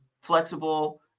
flexible